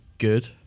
good